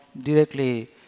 directly